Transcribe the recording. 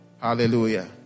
Hallelujah